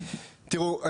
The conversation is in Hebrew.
תראו,